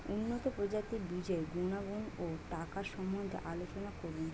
উন্নত প্রজাতির বীজের গুণাগুণ ও টাকার সম্বন্ধে আলোচনা করুন